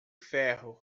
ferro